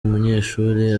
umunyeshuri